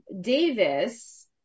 davis